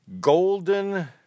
Golden